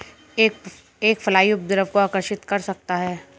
एक फ्लाई उपद्रव को आकर्षित कर सकता है?